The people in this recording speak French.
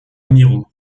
amiraux